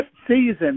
season